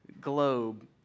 globe